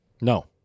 No